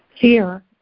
Fear